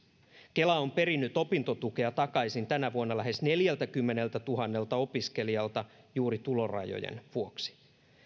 kela on perinyt opintotukea takaisin tänä vuonna lähes neljältäkymmeneltätuhannelta opiskelijalta juuri tulorajojen vuoksi